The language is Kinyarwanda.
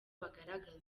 bagaragaza